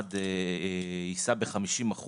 שהמשרד יישא ב-50%,